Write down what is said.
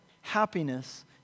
happiness